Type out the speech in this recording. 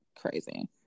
crazy